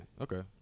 Okay